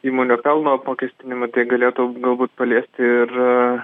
įmonių pelno apmokestinimą tai galėtų galbūt paliesti ir